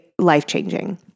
life-changing